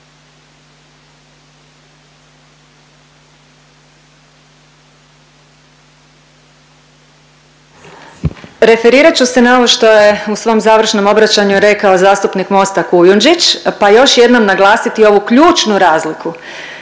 Referirat ću se na ovo što je u svom završnom obraćanju rekao zastupnik Mosta Kujundžić, pa još jednom naglasiti ovu ključnu razliku.